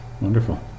Wonderful